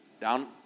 down